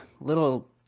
little